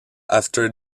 after